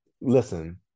listen